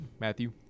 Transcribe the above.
Matthew